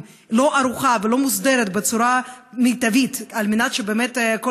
לא ערוכה ולא מוסדרת בצורה מיטבית על מנת שבאמת כל